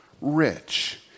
rich